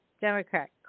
Democrat